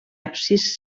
absis